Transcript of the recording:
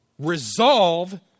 resolve